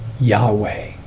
Yahweh